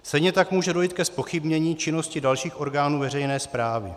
Stejně tak může dojít ke zpochybnění činnosti dalších orgánů veřejné správy.